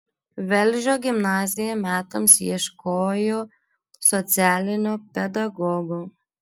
velžio gimnazija metams ieškojo socialinio pedagogo